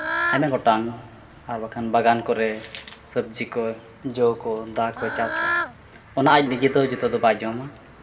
ᱟᱭᱢᱟ ᱜᱚᱴᱟᱝ ᱟᱨ ᱵᱟᱠᱷᱟᱱ ᱵᱟᱜᱟᱱ ᱠᱚᱨᱮ ᱥᱚᱵᱽᱡᱤ ᱠᱚ ᱡᱚ ᱠᱚ ᱫᱟ ᱠᱚᱭ ᱪᱟᱥ ᱠᱟᱜᱼᱟ ᱚᱱᱟ ᱟᱡᱽ ᱱᱤᱡᱮ ᱫᱚ ᱡᱚᱛᱚ ᱫᱚ ᱵᱟᱭ ᱡᱚᱢᱟ